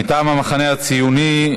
מטעם המחנה הציוני,